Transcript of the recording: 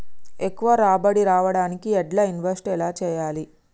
ఎక్కువ రాబడి రావడానికి ఎండ్ల ఇన్వెస్ట్ చేయాలే?